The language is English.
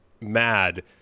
mad